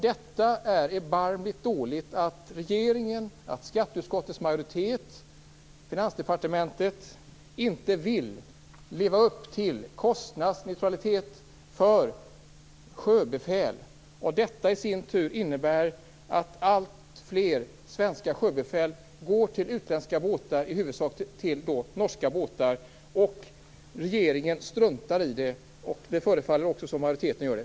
Det är erbarmligt dåligt att regeringen, skatteutskottets majoritet och Finansdepartementet inte vill leva upp till målet kostnadsneutralitet för sjöbefäl. Detta i sin tur innebär att alltfler svenska sjöbefäl går till utländska båtar, i huvudsak norska. Regeringen struntar i det. Det förefaller som att också majoriteten gör det.